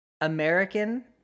American